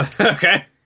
Okay